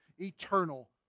eternal